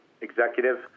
executive